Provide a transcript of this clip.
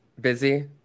busy